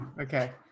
okay